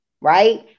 right